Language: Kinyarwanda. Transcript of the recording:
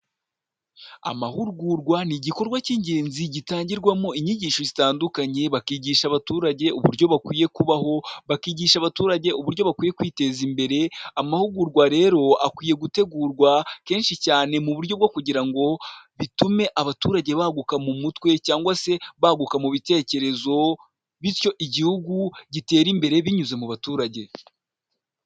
Amahugurwa ni igikorwa cy'ingenzi gitangirwamo inyigisho zitandukanye, bakigisha abaturage uburyo bakwiye kubaho, bakigisha abaturage uburyo bakwiye kwiteza imbere, amahugurwa rero, akwiye gutegurwa kenshi cyane mu buryo bwo kugira ngo bitume abaturage baguka mu mutwe cyangwa se baguka mu bitekerezo bityo igihugu gitere imbere binyuze mu baturage.